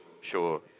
sure